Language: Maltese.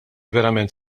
verament